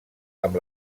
amb